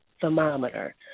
thermometer